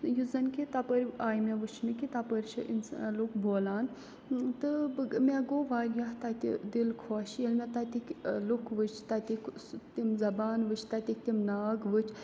یُس زَن کہِ تَپٲرۍ آیہِ مےٚ وٕچھنہٕ کہِ تَپٲرۍ چھِ اِنسان لُکھ بولان تہٕ بہٕ مےٚ گوٚو واریاہ تَتہِ دِل خوش ییٚلہِ مےٚ تَتِکۍ لُکھ وٕچھ تَتِکۍ سُہ تِم زَبان وٕچھ تَتِکۍ تِم ناگ وٕچھ